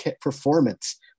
performance